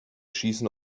schießen